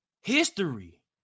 History